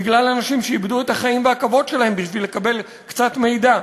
בגלל אנשים שאיבדו את החיים והכבוד שלהם בשביל לקבל קצת מידע.